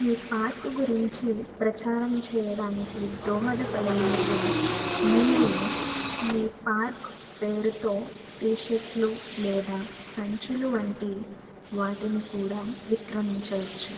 మీ park గురించి ప్రచారం చేయడానికి దోహదపడేందుకు మీరు మీ పార్క్ పేరుతో టి షర్టులు లేదా సంచులు వంటి వాటిని కూడా విక్రమించవచ్చు